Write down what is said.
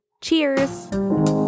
Cheers